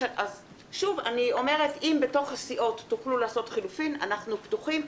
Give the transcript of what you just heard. אבל אם בתוך הסיעות תוכלו לעשות חילופים אנחנו פתוחים לכך.